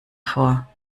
vor